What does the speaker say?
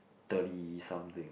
thirty something